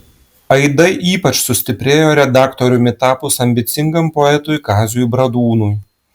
aidai ypač sustiprėjo redaktoriumi tapus ambicingam poetui kaziui bradūnui